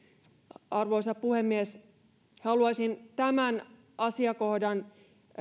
arvoisa puhemies haluaisin tämän asiakohdan